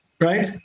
right